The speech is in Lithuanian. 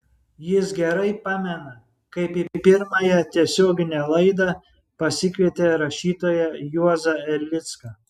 jis gerai pamena kaip į pirmąją tiesioginę laidą pasikvietė rašytoją juozą erlicką